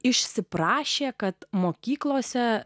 išsiprašė kad mokyklose